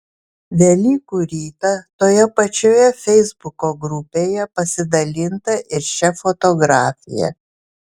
velykų rytą toje pačioje feisbuko grupėje pasidalinta ir šia fotografija